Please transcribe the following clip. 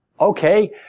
Okay